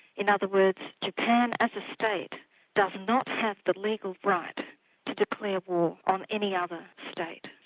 in other words japan as a state does not have the legal right to declare war on any other state,